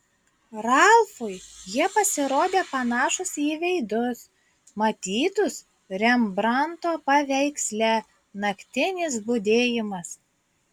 ralfui jie pasirodė panašūs į veidus matytus rembranto paveiksle naktinis budėjimas